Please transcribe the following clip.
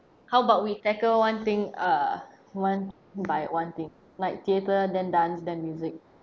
how about we tackle one thing err one by one thing like theater then dance then music